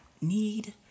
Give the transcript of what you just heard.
need